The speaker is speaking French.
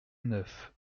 neuf